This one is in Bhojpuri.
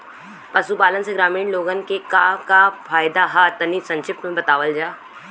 पशुपालन से ग्रामीण लोगन के का का फायदा ह तनि संक्षिप्त में बतावल जा?